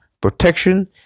protection